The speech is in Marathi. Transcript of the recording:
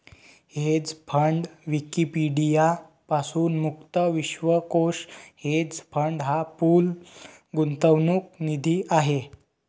हेज फंड विकिपीडिया पासून मुक्त विश्वकोश हेज फंड हा पूल गुंतवणूक निधी आहे